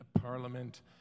Parliament